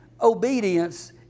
obedience